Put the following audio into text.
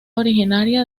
originaria